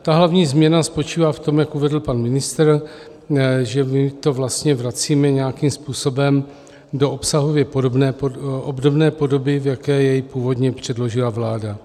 Ta hlavní změna spočívá v tom, jak uvedl pan ministr, že my to vlastně vracíme nějakým způsobem do obsahově obdobné podoby, v jaké jej původně předložila vláda.